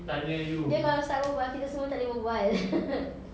dia kalau start berbual nanti kita semua tak boleh berbual